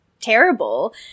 terrible